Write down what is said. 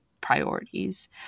priorities